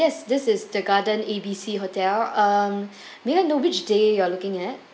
this is the garden A B C hotel um may I know which day you are looking at